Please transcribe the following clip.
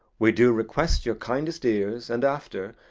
we do request your kindest ears and, after,